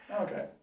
Okay